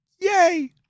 Yay